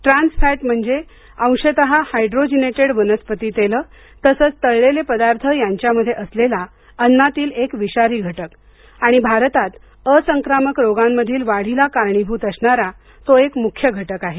trans fat म्हणजे अंशतः hydrogenated वनस्पती तेलं तळलेले पदार्थ यांच्यामध्ये असलेला अन्नातील एक विषारी घटक असतो आणि भारतात अ संक्रामक रोगांमधील वाढीला कारणीभूत असणारा तो एक मुख्य घटक आहे